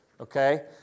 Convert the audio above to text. okay